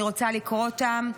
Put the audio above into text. אני רוצה לקרוא אותן.